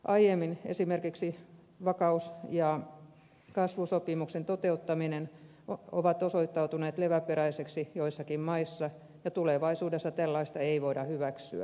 aiemmin esimerkiksi vakaus ja kasvusopimuksen toteuttaminen on osoittautunut leväperäiseksi joissakin maissa ja tulevaisuudessa tällaista ei voida hyväksyä